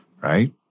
right